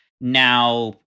Now